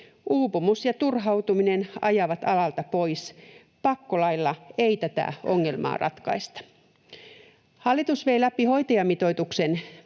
Uupumus ja turhautuminen ajavat alalta pois. Pakkolailla ei tätä ongelmaa ratkaista. Hallitus vei läpi hoitajamitoituksen,